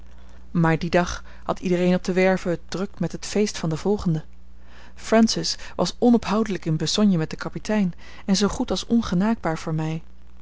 maar dien dag had iedereen op de werve het druk met het feest van den volgenden francis was onophoudelijk in besogne met den kapitein en zoo goed als ongenaakbaar voor mij